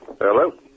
Hello